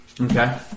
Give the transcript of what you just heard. Okay